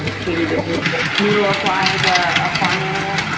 um katie, did noodle apply as a ah farm animal?